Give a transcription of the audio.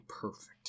perfect